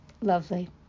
lovely